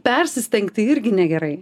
persistengti irgi negerai